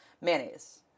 Mayonnaise